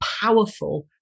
powerful